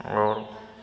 आओर